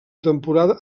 temporada